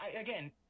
again